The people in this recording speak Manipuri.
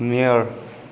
ꯅꯤꯌꯔ